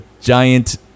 giant